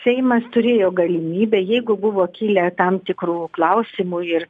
seimas turėjo galimybę jeigu buvo kilę tam tikrų klausimų ir